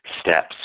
steps